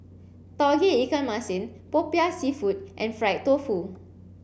Tauge Ikan Masin Popiah seafood and fried tofu